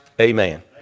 Amen